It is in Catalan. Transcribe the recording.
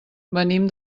venim